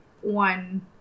one